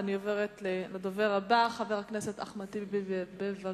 חבר הכנסת אחמד טיבי, בבקשה.